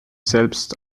selbst